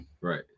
Right